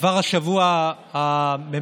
כבר השבוע הממשלה